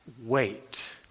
Wait